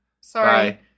Sorry